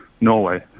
Norway